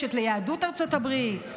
משולשת ליהדות ארצות הברית,